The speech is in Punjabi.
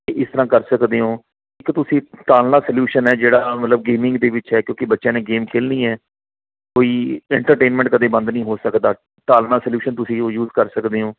ਇਸ ਤਰ੍ਹਾਂ ਕਰ ਸਕਦੇ ਹੋ ਇੱਕ ਤੁਸੀਂ ਤਾਲਨਾ ਸਲਿਊਸ਼ਨ ਹੈ ਜਿਹੜਾ ਮਤਲਬ ਗੇਮਿੰਗ ਦੇ ਵਿੱਚ ਹੈ ਕਿਉਂਕਿ ਬੱਚਿਆਂ ਨੇ ਗੇਮ ਖੇਡਣੀ ਹੈ ਕੋਈ ਇੰਟਰਟੇਨਮੈਂਟ ਕਦੇ ਬੰਦ ਨਹੀਂ ਹੋ ਸਕਦਾ ਤਾਲਨਾ ਸਲਿਊਸ਼ਨ ਤੁਸੀਂ ਉਹ ਯੂਜ਼ ਕਰ ਸਕਦੇ ਹੋ